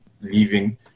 leaving